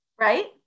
Right